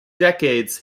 decades